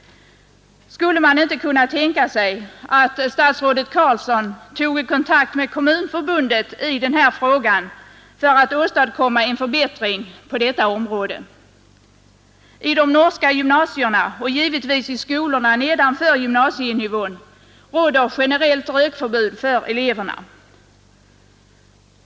Skulle man inte kunna tänka sig att statsrådet Carlsson tog kontakt med Kommunförbundet i denna fråga för att åstadkomma en förbättring på detta område? I de norska gymnasierna, och givetvis i skolorna nedanför gymnasienivån, råder generellt rökförbud för eleverna.